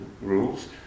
rules